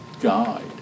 guide